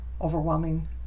overwhelming